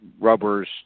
rubbers